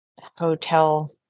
hotel